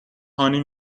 هانی